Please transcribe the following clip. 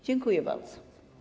Dziękuję bardzo.